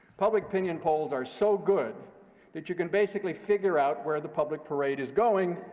public opinion polls are so good that you can basically figure out where the public parade is going,